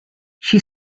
she